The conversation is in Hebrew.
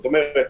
זאת אומרת,